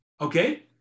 okay